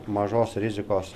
mažos rizikos